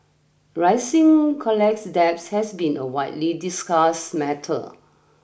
rising college debts has been a widely discussed matter